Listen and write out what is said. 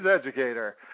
educator